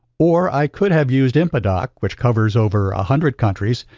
or i could have used inpadoc, which covers over a hundred countries,